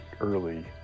early